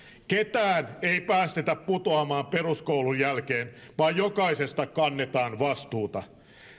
ketään ei päästetä putoamaan peruskoulun jälkeen vaan jokaisesta kannetaan vastuuta